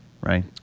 right